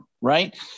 right